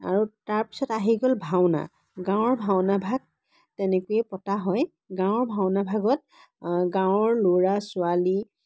আৰু তাৰ পিছত আহি গ'ল ভাওনা গাঁৱৰ ভাওনা ভাগ তেনেকৈয়ে পতা হয় গাঁৱৰ ভাওনা ভাগত গাঁৱৰ ল'ৰা ছোৱালী